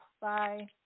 bye